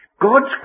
God's